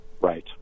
Right